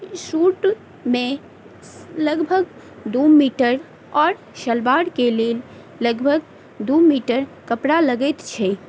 सूटमे लगभग दू मीटर आओर सलवारके लेल लगभग दू मीटर कपड़ा लगैत छै